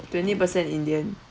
twenty percent indian